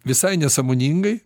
visai nesąmoningai